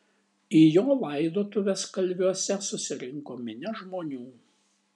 į jo laidotuves kalviuose susirinko minia žmonių